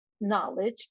knowledge